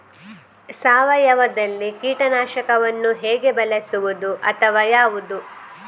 ಸಾವಯವದಲ್ಲಿ ಕೀಟನಾಶಕವನ್ನು ಹೇಗೆ ಬಳಸುವುದು ಅಥವಾ ಯಾವುದು?